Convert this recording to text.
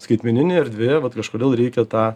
skaitmeninėj erdvėj vat kažkodėl reikia tą